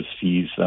fees